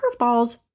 curveballs